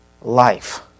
life